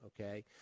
okay